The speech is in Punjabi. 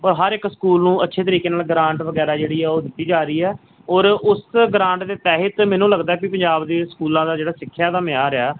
ਉਹ ਹਰ ਇੱਕ ਸਕੂਲ ਨੂੰ ਅੱਛੇ ਤਰੀਕੇ ਨਾਲ ਗਰਾਂਟ ਵਗੈਰਾ ਜਿਹੜੀ ਆ ਉਹ ਦਿੱਤੀ ਜਾ ਰਹੀ ਹੈ ਔਰ ਉਸ ਗਰਾਂਟ ਦੇ ਤਹਿਤ ਮੈਨੂੰ ਲੱਗਦਾ ਵੀ ਪੰਜਾਬ ਦੇ ਸਕੂਲਾਂ ਦਾ ਜਿਹੜਾ ਸਿੱਖਿਆ ਦਾ ਮਿਆਰ ਆ